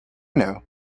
know